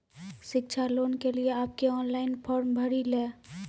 शिक्षा लोन के लिए आप के ऑनलाइन फॉर्म भरी ले?